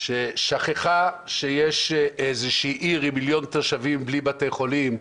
ששכחה שיש איזושהי עיר עם מיליון תושבים בלי בתי חולים,